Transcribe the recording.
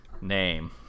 name